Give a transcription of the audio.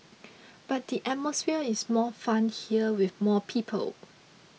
but the atmosphere is more fun here with more people